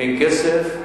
אין כסף,